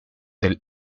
del